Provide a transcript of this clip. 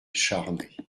charnay